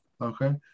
okay